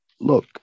look